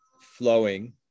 flowing